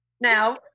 Now